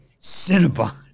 Cinnabon